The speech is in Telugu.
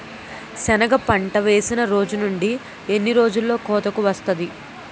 సెనగ పంట వేసిన రోజు నుండి ఎన్ని రోజుల్లో కోతకు వస్తాది?